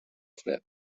fred